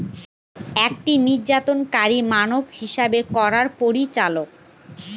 একটি নিয়ন্ত্রণকারী মান হিসাব করার পরিচালক